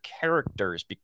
characters